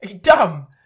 dumb